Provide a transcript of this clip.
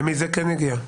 למי זה כן יגיע?